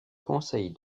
conseil